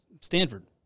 Stanford